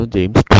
James